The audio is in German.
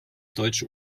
deutsche